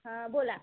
हां बोला